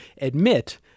admit